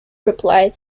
replied